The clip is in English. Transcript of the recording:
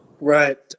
Right